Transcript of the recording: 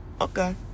Okay